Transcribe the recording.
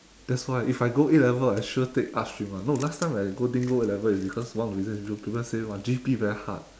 that's why if I go A level I sure take arts stream [one] no last time I go didn't go A level is because one of the reason is because people say !wah! G_P very hard